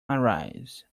arise